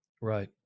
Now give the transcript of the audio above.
Right